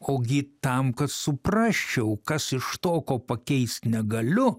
ogi tam kad suprasčiau kas iš to ko pakeist negaliu